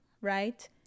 right